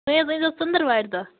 تُہۍ حظ أنۍزیو ژٔنٛدٕر وارِ دۄہ